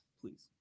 please